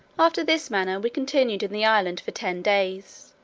after this manner we continued in the island for ten days,